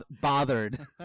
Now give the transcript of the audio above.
bothered